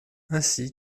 ainsi